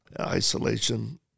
isolation